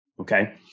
Okay